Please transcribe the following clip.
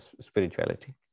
spirituality